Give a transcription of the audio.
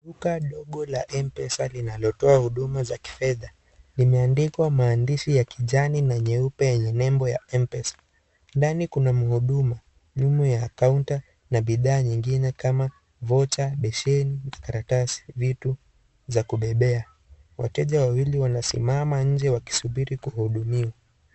Duka ndogo la M-pesa linalotoa huduma za kifedha. Limeandikwa maandishi ya kijani na nyeupe yenye nembo ya M-pesa . Ndani kuna mhudumu ya counter na bidhaa nyingine kama voucher besheni na karatasi na vitu za kubebea. Wateja wawili wanasimama nje wakisubiri kuhudumiwa.